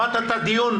שמעת את הדיון.